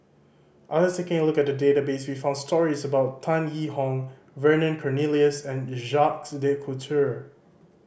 after taking a look at the database we found stories about Tan Yee Hong Vernon Cornelius and Jacques De Coutre